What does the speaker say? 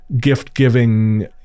gift-giving